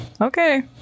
Okay